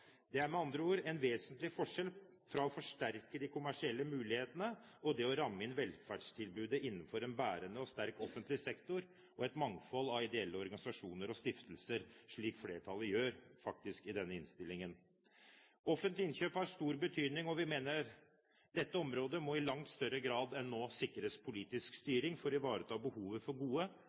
Det er med andre ord en vesentlig forskjell på det å forsterke de kommersielle mulighetene og det å ramme inn velferdstilbudet innenfor en bærende og sterk offentlig sektor og et mangfold av ideelle organisasjoner og stiftelser, slik flertallet gjør – faktisk – i denne innstillingen. Offentlige innkjøp har stor betydning, og vi mener dette området i langt større grad enn nå må sikres politisk styring for å ivareta behovet for gode